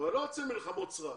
אני לא רוצה מלחמות סרק.